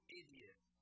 idiot